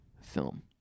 film